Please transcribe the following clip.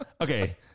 Okay